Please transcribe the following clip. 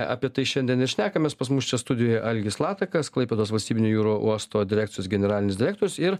apie tai šiandien ir šnekamės pas mus čia studijoje algis latakas klaipėdos valstybinio jūrų uosto direkcijos generalinis direktorius ir